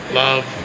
love